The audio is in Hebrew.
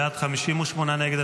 51 בעד, 58 נגד.